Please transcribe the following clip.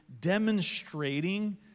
demonstrating